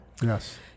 yes